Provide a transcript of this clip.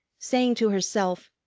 saying to herself,